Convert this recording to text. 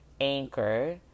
Anchor